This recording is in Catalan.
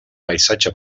paisatge